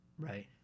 Right